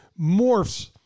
morphs